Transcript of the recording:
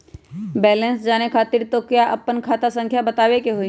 Balance जाने खातिर तोह के आपन खाता संख्या बतावे के होइ?